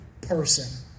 person